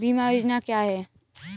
बीमा योजना क्या है?